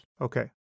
Okay